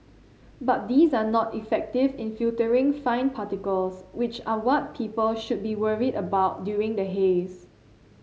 but these are not effective in filtering fine particles which are what people should be worried about during the haze